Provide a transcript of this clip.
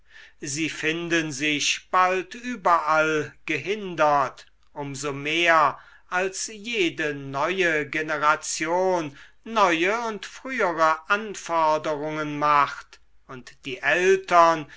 sie finden sich bald überall gehindert um so mehr als jede neue generation neue und frühere anforderungen macht und die eltern